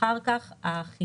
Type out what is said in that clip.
כך זה בסינגפור.